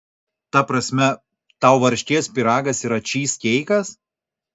ta prasme tau varškės pyragas yra čyzkeikas